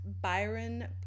Byron